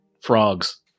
frogs